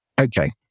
okay